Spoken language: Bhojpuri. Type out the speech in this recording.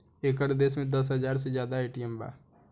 एकर देश में दस हाजार से जादा ए.टी.एम बा